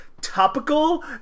topical